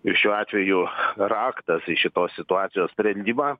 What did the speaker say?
ir šiuo atveju raktas į šitos situacijos sprendimą